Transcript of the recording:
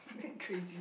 crazy